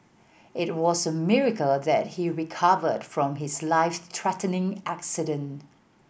it was a miracle that he recovered from his life threatening accident